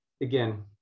again